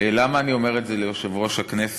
למה אני אומר את זה ליושב-ראש הכנסת,